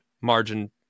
margin